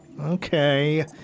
Okay